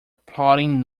plotting